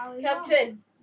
Captain